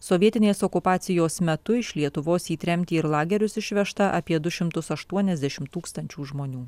sovietinės okupacijos metu iš lietuvos į tremtį ir lagerius išvežta apie du šimtus aštuoniasdešim tūkstančių žmonių